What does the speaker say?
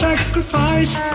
Sacrifice